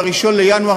ב-1 בינואר,